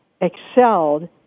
excelled